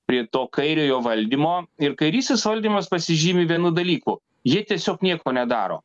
prie to kairiojo valdymo ir kairysis valdymas pasižymi vienu dalyku jie tiesiog nieko nedaro